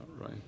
right